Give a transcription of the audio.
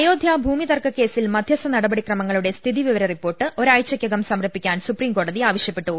അയോധ്യാ ഭൂമി തർക്ക കേസിൽ മധ്യസ്ഥനടപടിക്രമങ്ങളുടെ സ്ഥിതി വിവര റിപ്പോർട്ട് ഒരാഴ്ചയ്ക്കകം സമർപ്പിക്കാൻ സുപ്രിംകോടതി ആവശ്യ പ്പെട്ടു